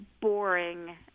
boring